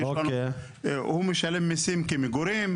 הוא משלם מיסים כמגורים.